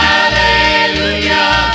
Hallelujah